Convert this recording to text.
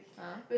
ah